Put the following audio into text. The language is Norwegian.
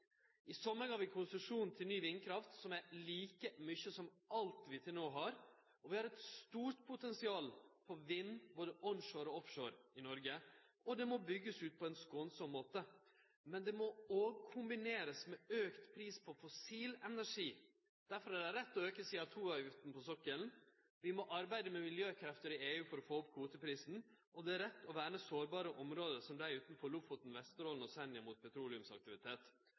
I sommar ga vi konsesjon til ny vindkraft som er like mykje som alt vi har til no, og vi har eit stort potensial på vind både onshore og offshore i Noreg. Det må byggjast ut på ein skånsam måte. Men det må òg kombinerast med auka pris på fossil energi. Derfor er det rett å auke CO2-avgifta på sokkelen. Vi må arbeide med miljøkrefter i EU for å få opp kvoteprisen, og det er rett å verne sårbare område som dei utanfor Lofoten, Vesterålen og Senja mot